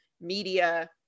media